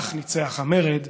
כך ניצח המרד